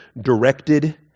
directed